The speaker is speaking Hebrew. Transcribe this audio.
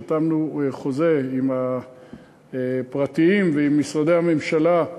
וחתמנו חוזה עם הפרטיים ועם משרדי הממשלה,